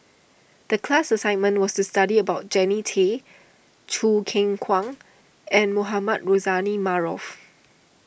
the class assignment was to study about Jannie Tay Choo Keng Kwang and Mohamed Rozani Maarof